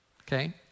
okay